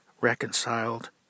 reconciled